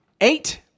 eight